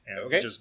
Okay